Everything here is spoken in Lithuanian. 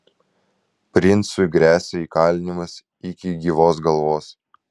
princui gresia įkalinimas iki gyvos galvos